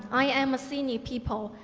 i am a senior people.